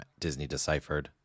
DisneyDeciphered